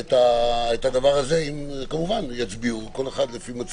את זה - אם יצביעו, כל אחד לפי מצפונו.